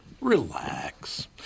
Relax